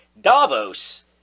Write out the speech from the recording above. Davos